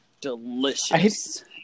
delicious